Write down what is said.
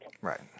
Right